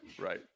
right